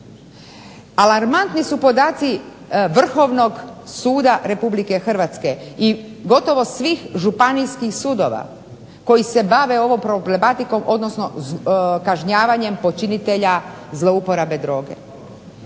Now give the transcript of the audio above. Alarmantni su podaci Vrhovnog suda Republike Hrvatske i gotovo svih županijskih sudova koji se bave ovom problematikom, odnosno kažnjavanjem počinitelja zlouporabe droge.